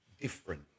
different